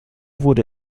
wurde